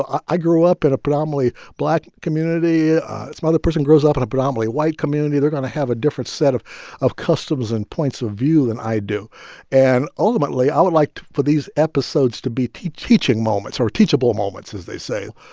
i grew up in a predominately black community some other person grows up in a predominately white community. they're going to have a different set of of customs and points of view than i do and ultimately, i would like for these episodes to be teaching moments or teachable moments, as they say.